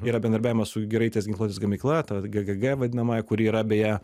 yra bendravimas su giraitės ginkluotės gamykla ta ggg vadinamąja kuri yra beje